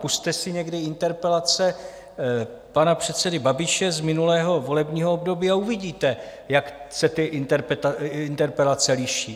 Pusťte si někdy interpelace pana předsedy Babiše z minulého volebního období a uvidíte, jak se ty interpelace liší.